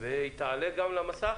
שתעלה על המסך.